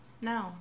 No